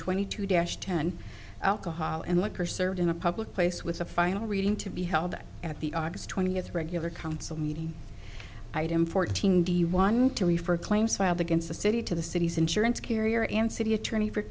twenty two dash ten alcohol and look are served in a public place with a final reading to be held at the august twentieth regular council meeting item fourteen do you want to refer claims filed against the city to the city's insurance carrier and city attorney for